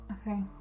Okay